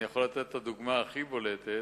אני יכול לתת את הדוגמה הכי בולטת: